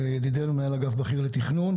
ידידינו, מנהל אגף בכיר לתכנון.